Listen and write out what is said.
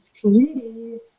communities